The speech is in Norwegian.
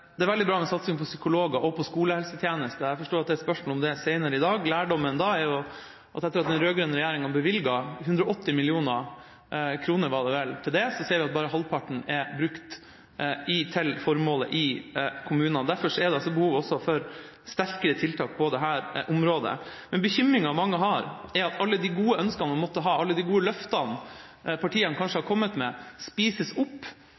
Det er veldig bra med satsing på psykologer og på skolehelsetjeneste. Jeg forstår at det er spørsmål om det senere i dag. Lærdommen etter at den rød-grønne regjeringa bevilget 180 mill. kr – var det vel – til det, er at bare halvparten er brukt til formålet i kommunene. Derfor er det behov for sterkere tiltak på dette området. Men bekymringen mange har, er at alle de gode ønskene man måtte ha, og alle de gode løftene partiene kanskje har kommet med, spises opp